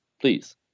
please